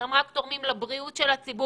הם רק תורמים לבריאות הציבור,